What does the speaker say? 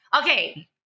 Okay